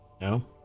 No